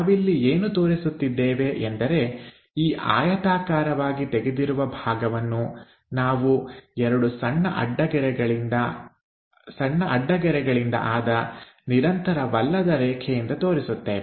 ನಾವಿಲ್ಲಿ ಏನು ತೋರಿಸುತ್ತಿದ್ದೇವೆ ಎಂದರೆಈ ಆಯತಾಕಾರವಾಗಿ ತೆಗೆದಿರುವ ಭಾಗವನ್ನು ನಾವು ಎರಡು ಸಣ್ಣ ಅಡ್ಡ ಗೆರೆಗಳಿಂದ ಆದ ನಿರಂತರವಲ್ಲದ ರೇಖೆಯಿಂದ ತೋರಿಸುತ್ತೇವೆ